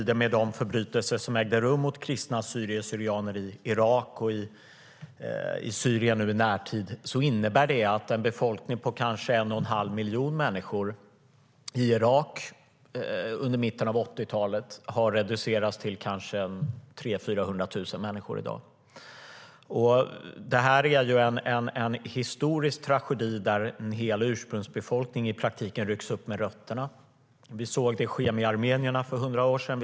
De förbrytelser som ägt rum i närtid mot kristna assyrier och syrianer i Irak och i Syrien innebär att en befolkning på ungefär en och en halv miljon människor i Irak under mitten av 80-talet har reducerats till 300 000-400 000 människor i dag. Det här är en historisk tragedi där en hel ursprungsbefolkning i praktiken rycks upp med rötterna. Vi såg det ske med armenierna för hundra år sedan.